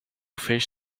fish